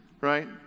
right